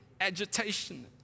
agitation